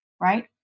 right